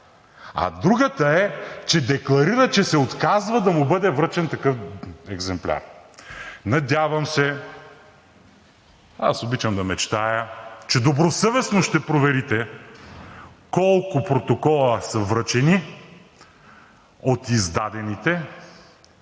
а другата е, че декларира, че се отказва да му бъде връчен такъв екземпляр. Надявам се, аз обичам да мечтая, че добросъвестно ще проверите колко протокола са връчени от издадените,